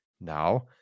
Now